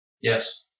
Yes